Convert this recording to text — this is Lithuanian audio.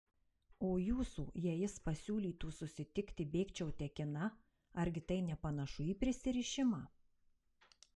o jūsų jei jis pasiūlytų susitikti bėgčiau tekina argi tai nepanašu į prisirišimą